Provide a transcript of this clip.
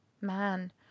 man